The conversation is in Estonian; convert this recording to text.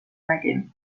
nägin